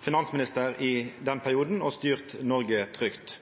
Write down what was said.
finansminister i den perioden og styrt Noreg trygt.